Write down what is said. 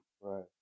Right